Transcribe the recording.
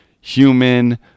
Human